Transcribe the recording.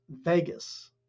Vegas